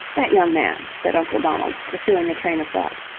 that young man, said uncle donald, pursuing a train of thought,